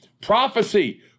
Prophecy